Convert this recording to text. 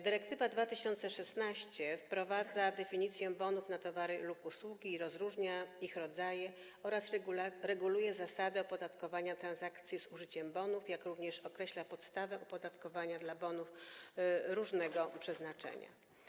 Dyrektywa 2016/1065 wprowadza definicję bonów na towary lub usługi i rozróżnia ich rodzaje oraz reguluje zasady opodatkowania transakcji z użyciem bonów, jak również określa podstawę opodatkowania dla bonów różnego przeznaczenia.